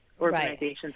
organizations